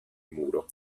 muro